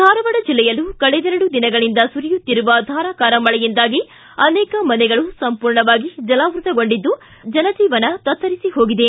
ಧಾರವಾಡ ಜಿಲ್ಲೆಯಲ್ಲೂ ಕಳೆದೆರಡು ದಿನಗಳಿಂದ ಸುರಿಯುತ್ತಿರುವ ಧಾರಾಕಾರ ಮಳೆಯಿಂದಾಗಿ ಅನೇಕ ಮನೆಗಳು ಸಂಪೂರ್ಣವಾಗಿ ಜಲಾವೃತಗೊಂಡಿದ್ದು ಜನಜೀವನ ತತ್ತರಿಸಿ ಹೋಗಿದೆ